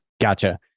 Gotcha